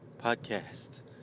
podcast